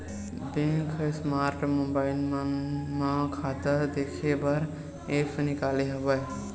bank ह smart mobile मन म खाता देखे बर ऐप्स निकाले हवय